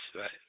right